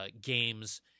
games